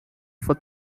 for